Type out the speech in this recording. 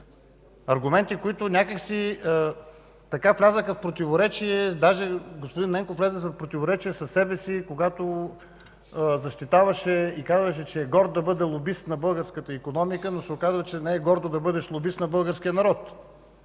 аргументи, които някак си влязоха в противоречие. Дори господин Ненков влезе в противоречие със себе си, когато защитаваше и казваше, че е горд да бъде лобист на българската икономика, но се оказва, че не е гордост да бъдеш лобист на българския народ.